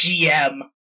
GM